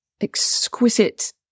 exquisite